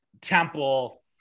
temple